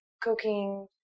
cooking